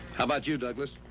how about you, douglas?